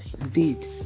indeed